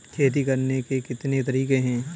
खेती करने के कितने तरीके हैं?